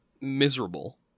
miserable